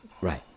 Right